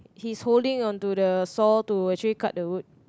he's holding on to the saw to actually cut the wood